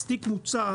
אז תיק מוצר